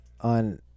on